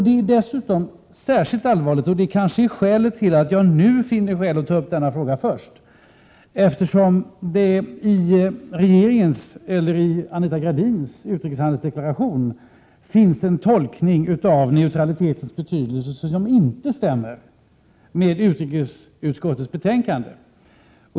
Det är dessutom särskilt allvarligt — det är kanske skälet till att jag finner anledning att ta upp denna fråga först — eftersom det i Anita Gradins utrikeshandelsdeklaration finns en tolkning av neutralitetens betydelse som inte stämmer med utrikesutskottets betänkande.